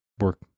work